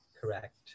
correct